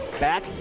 back